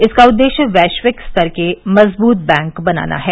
इसका उद्देश्य वैश्विक स्तर के मजबूत बैंक बनाना है